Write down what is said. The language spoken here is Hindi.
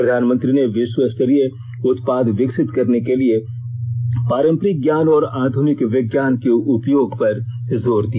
प्रधानमंत्री ने विश्व स्तरीय उत्पाद विकसित करने के लिए पारंपरिक ज्ञान और आधुनिक विज्ञान के उपयोग पर जोर दिया